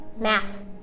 Math